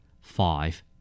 Five